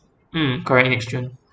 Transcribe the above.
mm correct next june